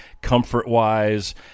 comfort-wise